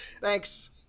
Thanks